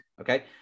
Okay